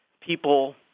people